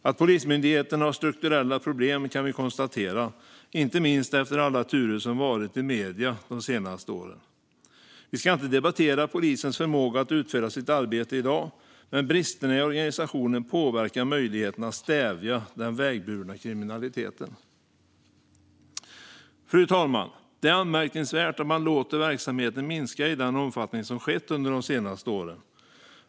Att Polismyndigheten har strukturella problem kan vi konstatera, inte minst efter alla turer som varit i medierna de senaste åren. Vi ska inte debattera polisens förmåga att utföra sitt arbete i dag, men bristerna i organisationen påverkar möjligheten att stävja den vägburna kriminaliteten. Fru talman! Det är anmärkningsvärt att man låter verksamheten minska i den omfattning som varit fallet under de senaste åren.